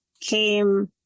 came